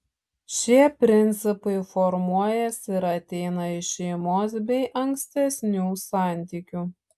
šie principai formuojasi ir ateina iš šeimos bei ankstesnių santykių